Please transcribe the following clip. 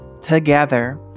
together